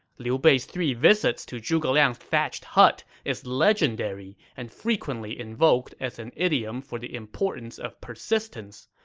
liu bei's three visits to zhuge liang's thatched hut is legendary and frequently invoked as an idiom for the importance of persistence.